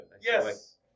Yes